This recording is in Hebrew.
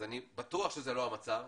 אני בטוח שזה לא המצב,